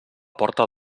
porta